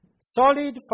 solid